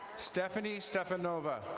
stephanie stephanova.